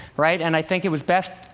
right? and i think it was best